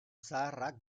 zaharrak